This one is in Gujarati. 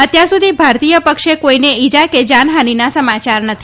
અત્યાર સુધી ભારતીય પક્ષે કોઈને ઈજા કે જાનહાનીના સમાચાર નથી